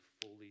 fully